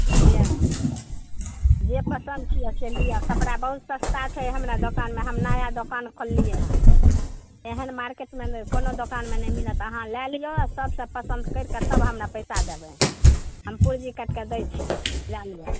लियै जे पसन्द छियै से लिअ कपड़ा बहुत सस्ता छै हमरा दोकानमे हम नया दोकान खोललियैहन एहन मार्किटमे नहि कोनो दोकानमे नहि मिलत अहाँ लए लिअ सभसँ पसन्द करिकऽ तब हमरा पैसा देबय हम पूँजी काटि कऽ दै छी जानि लिअ